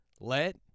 Let